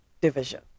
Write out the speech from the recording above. Division